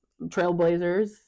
trailblazers